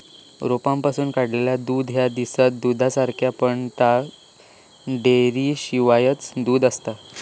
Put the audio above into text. रोपांपासून काढलेला दूध ह्या दिसता दुधासारख्याच, पण ता डेअरीशिवायचा दूध आसता